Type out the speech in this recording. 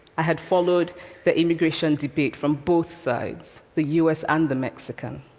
i had followed the immigration debate from both sides, the u s. and the mexican?